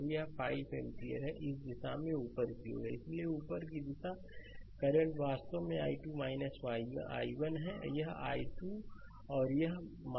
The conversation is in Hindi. और यह 5 एम्पीयर दिशा ऊपर की ओर है इसलिए ऊपर की दिशा करंट वास्तव में i2 i1 यह i2 और एक i1 है